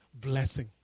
blessing